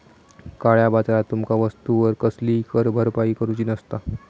काळया बाजारात तुमका वस्तूवर कसलीही कर भरपाई करूची नसता